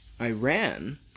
Iran